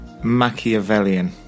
Machiavellian